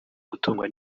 gutungwa